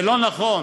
זה לא נכון.